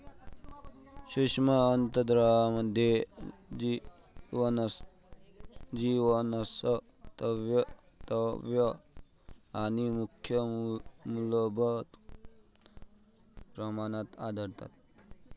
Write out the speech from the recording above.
सूक्ष्म अन्नद्रव्यांमध्ये जीवनसत्त्वे आणि खनिजे मुबलक प्रमाणात आढळतात